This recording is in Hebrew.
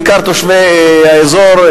בעיקר תושבי האזור.